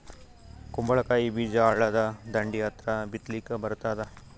ಕುಂಬಳಕಾಯಿ ಬೀಜ ಹಳ್ಳದ ದಂಡಿ ಹತ್ರಾ ಬಿತ್ಲಿಕ ಬರತಾದ?